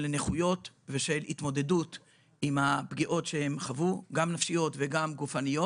נכויות ועם הפגיעות שהן חוו, נפשיות וגופניות